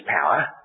power